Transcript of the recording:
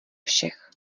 všech